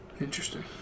Interesting